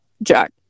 Jack